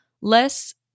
less